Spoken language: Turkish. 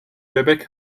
bebek